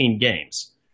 games